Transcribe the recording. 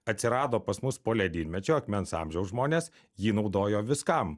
atsirado pas mus poledynmečio akmens amžiaus žmonės jį naudojo viskam